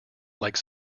like